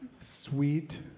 Sweet